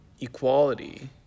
equality